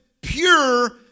pure